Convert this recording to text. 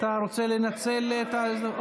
אתה רוצה לנצל את זה?